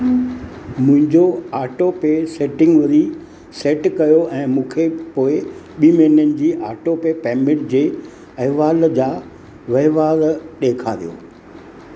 मुंहिंजो ऑटोपे सेटिंगरी सैट कयो ऐं मूंखे पोएं ॿी महिननि जी ऑटोपे पेमेंट जे अहिवाल जा वहिंवार ॾेखारियो